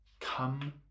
Come